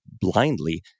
blindly